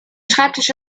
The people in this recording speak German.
schreibtisch